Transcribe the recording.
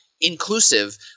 inclusive